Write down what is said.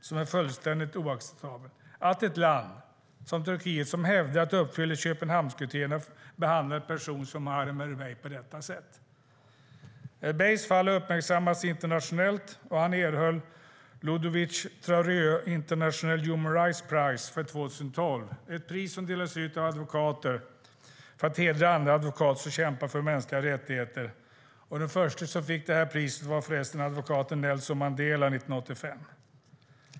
Det är fullständigt oacceptabelt att ett land som Turkiet, som hävdar att det uppfyller Köpenhamnskriterierna, behandlar en person som Muharrem Erbey på detta sätt. Erbeys fall har uppmärksammats internationellt, och han erhöll Ludovic-Trarieux International Human Rights Prize för 2012. Det är ett pris som delas ut av advokater för att hedra andra advokater som kämpar för mänskliga rättigheter. Den förste som fick priset var förresten advokaten Nelson Mandela 1985.